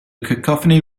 cacophony